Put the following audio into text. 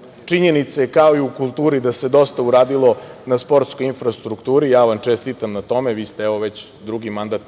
sportu. Činjenice kao i u kulturi da se dosta uradilo na sportskoj infrastrukturi, ja vam čestitam na tome, vi ste već drugi mandat